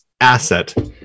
asset